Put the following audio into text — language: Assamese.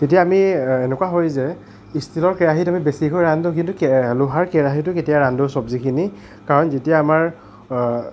তেতিয়া আমি এনেকুৱা হয় যে ষ্টিলৰ কেৰাহীত আমি বেছিকৈ ৰান্ধো কিন্তু লোহাৰ কেৰাহীটো কেতিয়াও ৰান্ধো চব্জিখিনি কাৰণ যেতিয়া আমাৰ